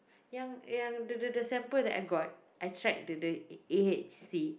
yang yang the the the sample that I got I tried the the A_H_C